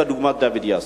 כדוגמת דוד יאסו.